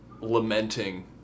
lamenting